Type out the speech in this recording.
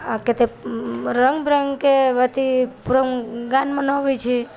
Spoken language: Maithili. आ कतेक रंग बिरंग के अथी प्रोग्राम मनेबै छै